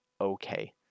okay